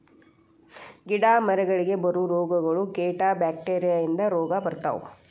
ಗಿಡಾ ಮರಗಳಿಗೆ ಬರು ರೋಗಗಳು, ಕೇಟಾ ಬ್ಯಾಕ್ಟೇರಿಯಾ ಇಂದ ರೋಗಾ ಬರ್ತಾವ